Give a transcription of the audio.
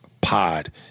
Pod